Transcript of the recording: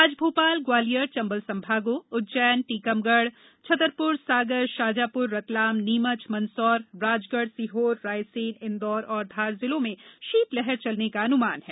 आज भोपाल ग्वालियर चम्बल संभागों उज्जैन टीकमगढ़ छतरपुर सागर शाजापुर रतलाम नीमच मंदसौर राजगढ़ सीहोर रायसेन इंदौर ओर धार जिलों में शीत लहर चलने का अनुमान है